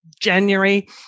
January